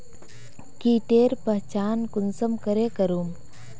कीटेर पहचान कुंसम करे करूम?